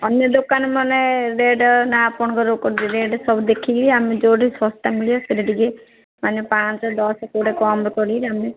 ଅନ୍ୟ ଦୋକାନମାନେ ରେଟ୍ ନା ଆପଣଙ୍କ ରେଟ୍ ସବୁ ଦେଖିକି ଆମେ ଯେଉଁଠି ଶସ୍ତା ମିଳିବ ସେଠି ଟିକେ ମାନେ ପାଞ୍ଚ ଦଶ କେଉଁଟା କମ୍ କରିକି ଆମେ